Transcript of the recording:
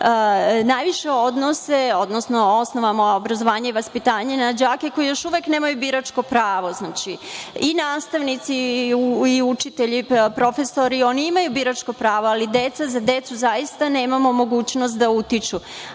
najviše odnose, odnosno Zakon o osnovama obrazovanja i vaspitanja, na đake koji još uvek nemaju biračko pravo. I nastavnici i učitelji i profesori imaju biračko pravo, ali za decu zaista nemamo mogućnost da utiču.